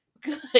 Good